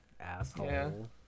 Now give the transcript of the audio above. asshole